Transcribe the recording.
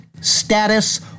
status